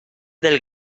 del